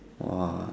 !wah!